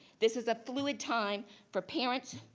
this is a fluid time for parents,